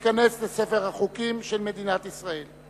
ותיכנס לספר החוקים של מדינת ישראל.